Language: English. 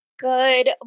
Good